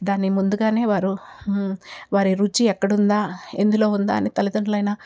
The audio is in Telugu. దాన్ని ముందుగానే వారు వారి రుచి ఎక్కడుందా ఎందులో ఉందా అని తల్లిదండ్రులైన